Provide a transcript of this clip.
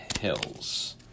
Hills